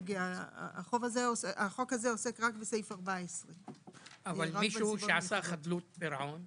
והחוק הזה עוסק רק בסעיף 14. אבל מי שעשה חדלות פירעון?